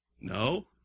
No